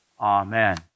Amen